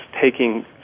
taking